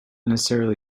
necessarily